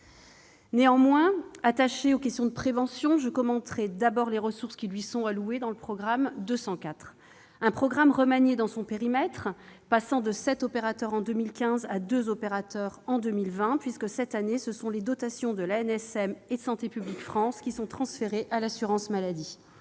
Néanmoins, attachée aux questions de prévention, je commenterai d'abord les ressources allouées au programme 204. Ce programme est remanié dans son périmètre, passant de 7 opérateurs en 2015 à 2 opérateurs en 2020. Cette année, ce sont les dotations de l'ANSM et de Santé publique France qui sont transférées à l'assurance maladie.